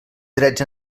drets